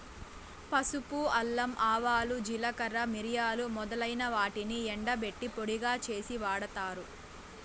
పసుపు, అల్లం, ఆవాలు, జీలకర్ర, మిరియాలు మొదలైన వాటిని ఎండబెట్టి పొడిగా చేసి వాడతారు